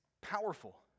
Powerful